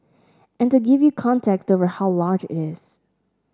and to give you context over how large it is